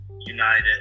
United